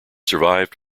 survived